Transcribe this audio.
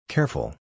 Careful